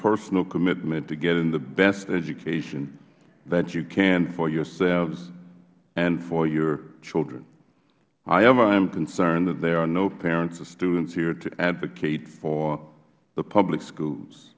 personal commitment to getting the best education that you can for yourselves and for your children however i am concerned that there are no parents of students here to advocate for the public schools